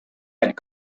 had